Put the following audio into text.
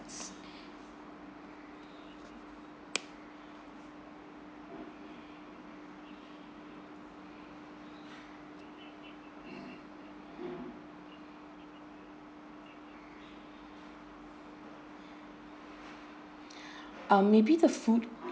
um may be the food